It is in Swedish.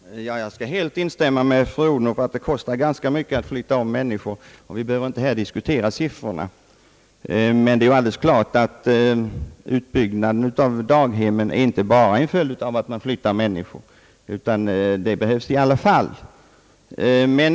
Herr talman! Jag kan helt instämma med fru Odhnoff i att det kostar ganska mycket att flytta om människor. Vi behöver inte här diskutera siffrorna. Men utbyggnaden av daghemmen är inte bara en följd av att man flyttar om människor, utan daghemmen behövs i alla fall.